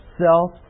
self